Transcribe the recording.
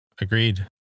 Agreed